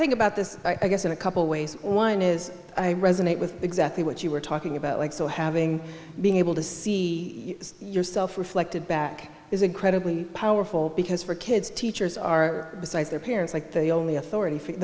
think about this i guess in a couple ways one is i resonate with exactly what you were talking about like so having being able to see yourself reflected back is incredibly powerful because for kids teachers are besides their parents like the only authority f